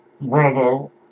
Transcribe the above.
Bravo